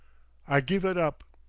i give it up.